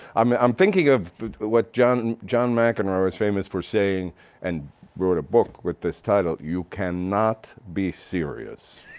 i mean i'm thinking of what john john mcenroe was famous for saying and wrote a book with this title, you cannot be serious.